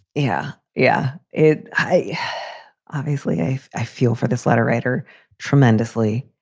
yeah, yeah, it i obviously. i i feel for this letter writer tremendously.